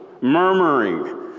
murmuring